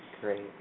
Great